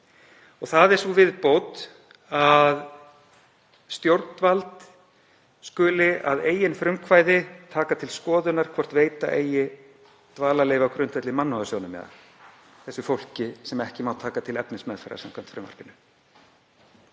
Það er sú viðbót að stjórnvald skuli að eigin frumkvæði taka til skoðunar hvort veita eigi dvalarleyfi á grundvelli mannúðarsjónarmiða, þessu fólki sem ekki má taka til efnismeðferðar samkvæmt frumvarpinu.